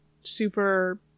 super